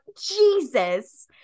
jesus